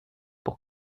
pour